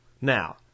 Now